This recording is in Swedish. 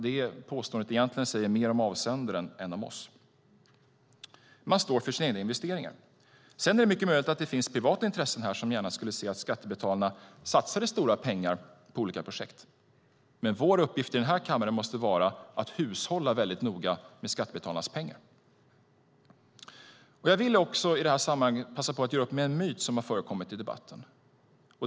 Det påståendet säger nog egentligen mer om avsändaren än om oss. Man står för sina egna investeringar. Sedan är det mycket möjligt att det finns privata intressen som gärna skulle se att skattebetalarna satsade stora pengar på olika projekt. Men vår uppgift i den här kammaren måste vara att hushålla noga med skattebetalarnas pengar. Jag vill i det här sammanhanget passa på att göra upp med en myt som har förekommit i debatten.